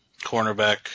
cornerback